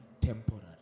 temporary